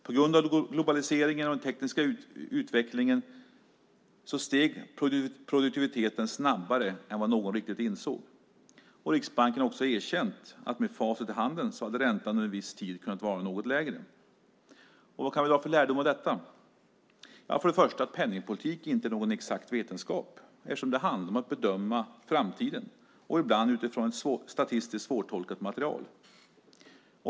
På grund av globaliseringen och den tekniska utvecklingen steg produktiviteten snabbare än vad någon riktigt insåg. Riksbanken har också erkänt att med facit i hand hade räntan under en viss tid kunnat vara något lägre. Vad kan vi dra för lärdom av detta? För det första att penningpolitik inte är någon exakt vetenskap eftersom det handlar om att bedöma framtiden, ibland utifrån ett statistiskt svårtolkat material.